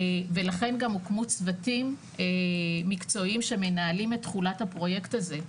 ולכן גם הוקמו צוותים מקצועיים שמנהלים את תחולת הפרויקט הזה.